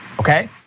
okay